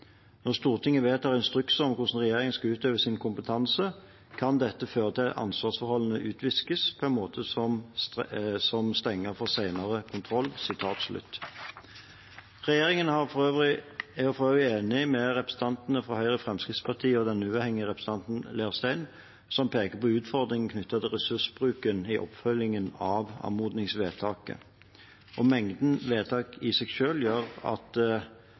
Når Stortinget vedtar instrukser om hvordan regjeringen skal utøve sin kompetanse, kan dette føre til at ansvarsforholdene utviskes, på en måte som stenger for senere kontroll.» Regjeringen er for øvrig enig med representantene fra Høyre og Fremskrittspartiet og den uavhengige representanten Leirstein, som peker på utfordringen knyttet til ressursbruken i oppfølgingen av anmodningsvedtaket. Mengden vedtak i seg selv gjør at